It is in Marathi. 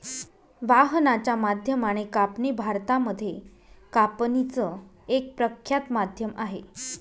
वाहनाच्या माध्यमाने कापणी भारतामध्ये कापणीच एक प्रख्यात माध्यम आहे